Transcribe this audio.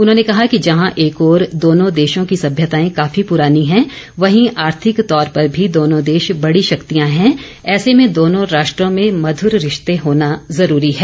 उन्होंने कहा कि जहां एक ओर दोनों देशों की सभ्यताएं काफी पुरानी हैं वहीं आर्थिक तौर पर भी दोनों देश बड़ी शक्तियां हैं ऐसे में दोनों राष्ट्रों में मधुर रिश्ते होना ज़रूरी है